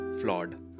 flawed